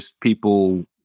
people